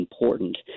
important